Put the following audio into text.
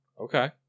Okay